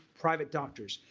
private doctors.